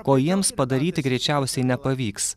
ko jiems padaryti greičiausiai nepavyks